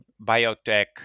biotech